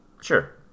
Sure